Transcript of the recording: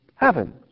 heaven